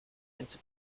into